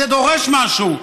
זה דורש משהו.